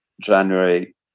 January